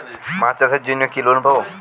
মাছ চাষের জন্য কি লোন পাব?